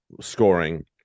scoring